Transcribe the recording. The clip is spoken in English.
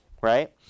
right